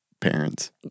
parents